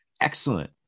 Excellent